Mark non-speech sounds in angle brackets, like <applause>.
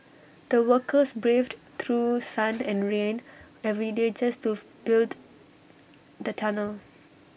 the workers braved through <noise> sunned and rain every day just to <noise> build the tunnel